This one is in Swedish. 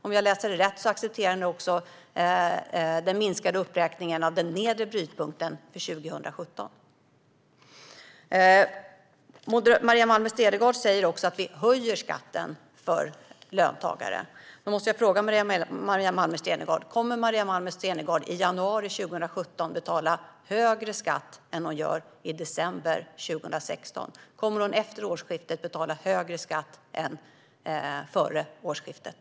Om jag läser rätt accepterar ni också den minskade uppräkningen av den nedre brytpunkten för 2017. Maria Malmer Stenergard säger att vi höjer skatten för löntagare. Då måste jag fråga Maria Malmer Stenergard: Kommer hon att i januari 2017 betala högre skatt än hon gör i december 2016? Kommer hon efter årsskiftet att betala högre skatt än före årsskiftet?